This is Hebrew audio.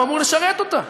הוא אמור לשרת אותה,